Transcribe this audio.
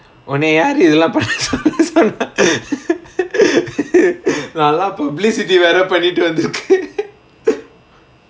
ஒன்ன யாரு இதலாம் பண்ண சொன்னா:onna yaaru ithalaam panna sonnaa நாளா:naalaa publicity வேற பண்ணிட்டு வந்திருக்கேன்:vera pannittu vanthirukaen